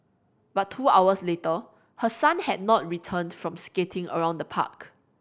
but two hours later her son had not returned from skating around the park